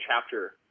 chapter